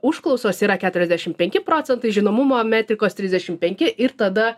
užklausos yra keturiasdešim penki procentai žinomumo metrikos trisdešim penki ir tada